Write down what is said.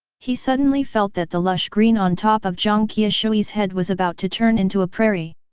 he suddenly felt that the lush green on top of jiang qiushui's head was about to turn into a prairie.